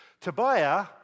Tobiah